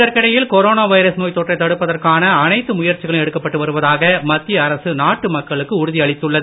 இதற்கிடையில் corona virus நோய் தொற்றை தடுப்பதற்கான அனைத்து முயற்சிகளும் எடுக்கப்பட்டு வருவதாக மத்திய அரசு நாட்டு மக்களுக்கு உறுதி அளித்துள்ளது